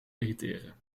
irriteren